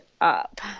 up